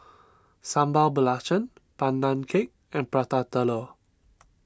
Sambal Belacan Pandan Cake and Prata Telur